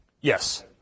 Yes